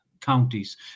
counties